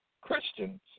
Christians